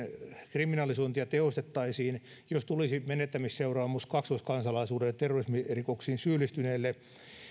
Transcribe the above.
kriminalisointia tehostettaisiin jos tulisi menettämisseuraamus kaksoiskansalaisuudelle terrorismirikoksiin syyllistyneille